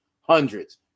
hundreds